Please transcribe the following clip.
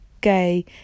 Gay